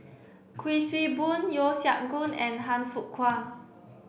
Kuik Swee Boon Yeo Siak Goon and Han Fook Kwang